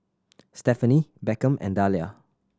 Stephenie Beckham and Dahlia